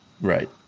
right